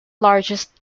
largest